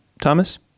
Thomas